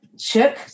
shook